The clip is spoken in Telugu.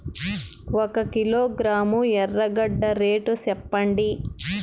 ఒక కిలోగ్రాము ఎర్రగడ్డ రేటు సెప్పండి?